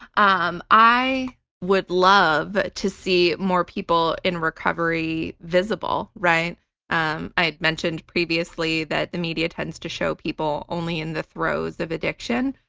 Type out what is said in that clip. um i would love to see more people in recovery visible. um i had mentioned previously that the media tends to show people only in the throes of addiction.